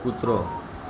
કૂતરો